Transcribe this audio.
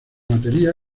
batería